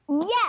Yes